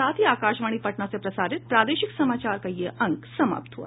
इसके साथ ही आकाशवाणी पटना से प्रसारित प्रादेशिक समाचार का ये अंक समाप्त हुआ